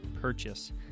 purchase